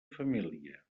família